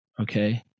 Okay